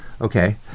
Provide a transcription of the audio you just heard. Okay